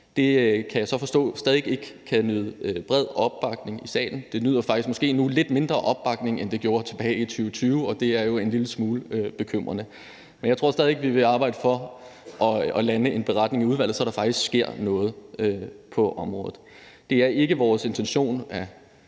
Det kan jeg så forstå stadig ikke nyder bred opbakning i salen. Måske nyder det faktisk lidt mindre opbakning nu, end det gjorde tilbage i 2020, og det er jo en lille smule bekymrende. Men jeg tror stadig væk, vi vil arbejde for at lande en beretning i udvalget, så der faktisk sker noget på området. Det er heller ikke vores intention, at